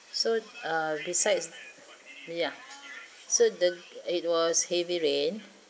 so ah besides ya so the it was heavy rain